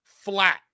flat